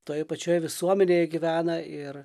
toje pačioje visuomenėje gyvena ir